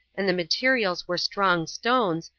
and the materials were strong stones,